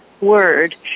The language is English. word